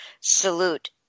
salute